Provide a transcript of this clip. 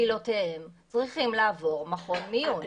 ומקבילותיהם שצריכים לעבור מכון מיון.